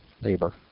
labor